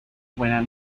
buenas